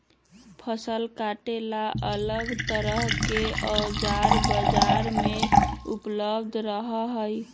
फसल काटे ला अलग तरह के औजार बाजार में उपलब्ध रहा हई